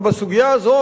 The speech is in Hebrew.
אבל בסוגיה הזאת,